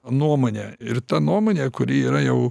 nuomonę ir ta nuomonė kuri yra jau